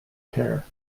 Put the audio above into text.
care